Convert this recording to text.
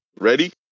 ready